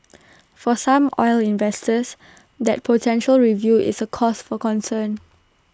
for some oil investors that potential review is A cause for concern